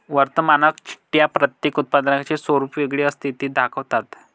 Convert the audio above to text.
वर्णनात्मक चिठ्ठ्या प्रत्येक उत्पादकाचे स्वरूप वेगळे असते हे दाखवतात